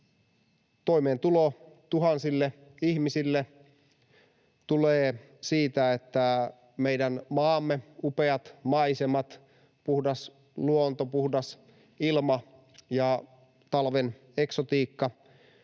Toimeentulo tuhansille ihmisille tulee siitä, että meidän maamme upeat maisemat, puhdas luonto, puhdas ilma ja talven eksotiikka